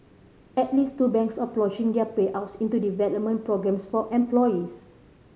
at least two banks are ploughing their payouts into development programmes for employees